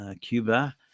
Cuba